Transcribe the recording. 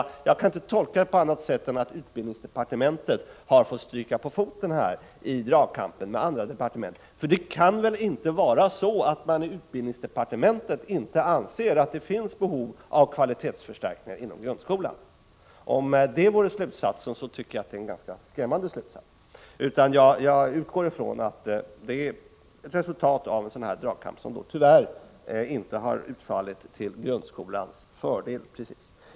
Jag kan inte tolka det på annat sätt än att utbildningsdepartementet här har fått stryka på foten i dragkampen med andra departement. För det kan väl inte vara så att man inom utbildningsdepartementet inte anser att det finns behov av kvalitetsförstärkningar inom grundskolan. Om det är den slutsats som kan dras, är det ganska skrämmande. Jag utgår i stället från att det är fråga om ett resultat av en dragkamp, som tyvärr inte precis har utfallit till grundskolans fördel.